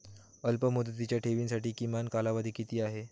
अल्पमुदतीच्या ठेवींसाठी किमान कालावधी किती आहे?